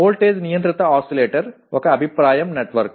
voltage నియంత్రిత oscillator ఒక అభిప్రాయం నెట్వర్క్